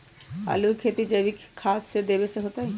आलु के खेती जैविक खाध देवे से होतई?